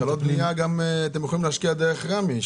אתם יכולים להשקיע התחלות בנייה דרך רמ"י.